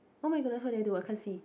oh my goodness what did I do I can't see